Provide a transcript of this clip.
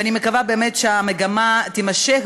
ואני מקווה באמת שהמגמה תימשך,